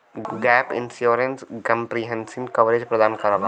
gap insurance comprehensive coverage प्रदान करला